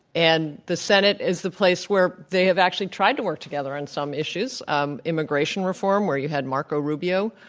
and the senate is the place where they have actually tried to work together on some issues um immigration reform, where you had marco rubio